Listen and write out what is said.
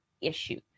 issue